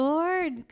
Lord